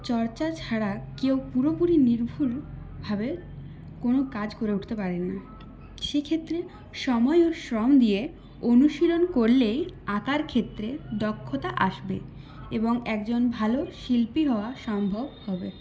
চর্চা ছাড়া কেউ পুরোপুরি নির্ভুলভাবে কোনো কাজ করে উঠতে পারে না সেক্ষেত্রে সময় ও শ্রম দিয়ে অনুশীলন করলেই আঁকার ক্ষেত্রে দক্ষতা আসবে এবং একজন ভালো শিল্পী হওয়া সম্ভব হবে